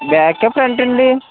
backup ఎంత అండి